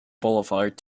boulevard